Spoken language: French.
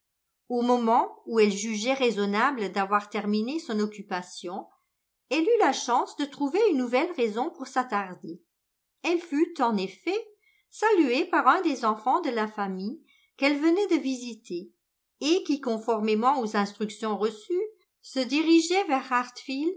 au moment où elle jugeait raisonnable d'avoir terminé son occupation elle eut la chance de trouver une nouvelle raison pour s'attarder elle fut en effet saluée par un des enfants de la famille qu'elle venait de visiter et qui conformément aux instructions reçues se dirigeait vers